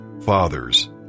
Fathers